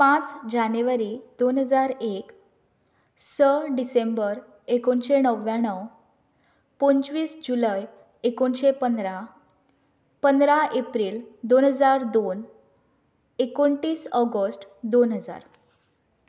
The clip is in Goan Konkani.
पांच जानेवारी दोन हजार एक स डिसेंबर एकोणशे णव्याण्णव पंचवीस जुलय एकोणशें पंदरा पंदरा एप्रील दोन हजार दोन एकोणतीस ऑगस्ट दोन हजार